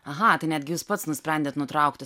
aha tai netgi jūs pats nusprendėt nutraukti